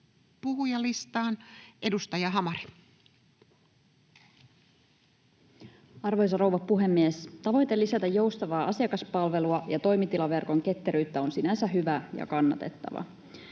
puhujalistaan. — Edustaja Hamari. Arvoisa rouva puhemies! Tavoite lisätä joustavaa asiakaspalvelua ja toimitilaverkon ketteryyttä on sinänsä hyvä ja kannatettava.